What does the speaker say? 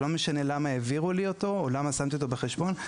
זה לא משנה למה העבירו לי אותו או למה שמתי אותו בחשבון,